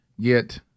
get